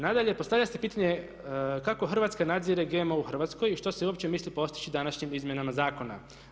Nadalje, postavlja se pitanje kako Hrvatska nadzire GMO u Hrvatskoj i što se uopće misli postići današnjim izmjenama zakona.